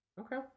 okay